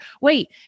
Wait